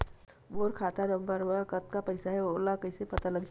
मोर खाता नंबर मा कतका पईसा हे ओला कइसे पता लगी?